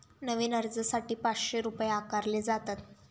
नवीन अर्जासाठी पाचशे रुपये आकारले जातात